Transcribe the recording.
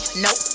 Nope